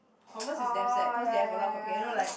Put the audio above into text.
Converse is damn sad cause they have a lot of copy you know like